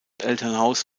elternhaus